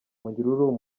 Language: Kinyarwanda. munyururu